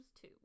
two